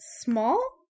small